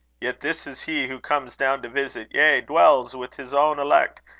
yet this is he who comes down to visit, yea, dwells with his own elect,